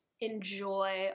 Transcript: enjoy